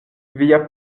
via